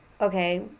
okay